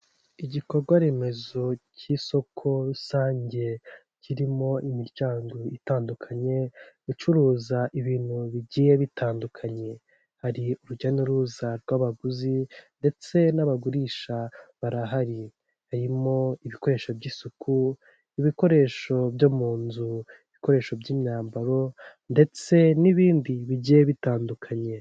Igikorwa remezo cy'isoko rusange ,kirimo imiryango itandukanye ,icuruza ibintu bigiye bitandukanye. Hari urujya n'uruza rw'abaguzi ndetse n'abagurisha barahari. Harimo ibikoresho by'isuku ,ibikoresho byo mu nzu. Ibikoresho by'imyambaro ndetse n'ibindi bigiye bitandukanye.